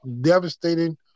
devastating